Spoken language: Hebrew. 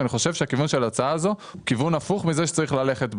אני חושב שהכיוון של ההצעה הזו הוא כיוון הפוך מזה שצריך ללכת בו".